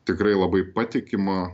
tikrai labai patikimą